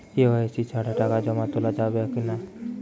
KYC ছাড়া টাকা জমা তোলা করা যাবে কি না?